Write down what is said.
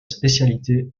spécialité